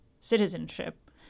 citizenship